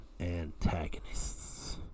antagonists